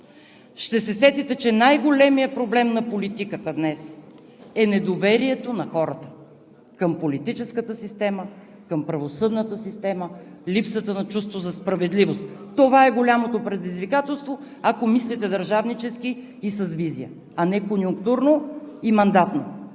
ще се сетите, че най-големият проблем на политиката днес е недоверието на хората към политическата система, към правосъдната система, липсата на чувство за справедливост. Това е голямото предизвикателство, ако мислите държавнически и с визия, а не конюнктурно и мандатно!